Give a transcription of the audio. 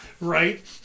Right